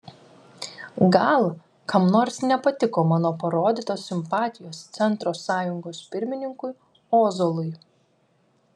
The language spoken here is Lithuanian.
gal kam nors nepatiko mano parodytos simpatijos centro sąjungos pirmininkui ozolui